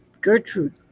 Gertrude